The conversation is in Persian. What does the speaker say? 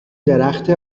درخت